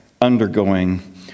undergoing